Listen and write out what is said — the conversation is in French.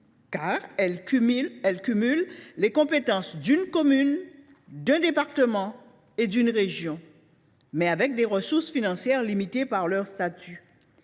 Celles ci cumulent les compétences d’une commune, d’un département et d’une région, mais avec des ressources financières limitées par leur statut.